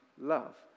love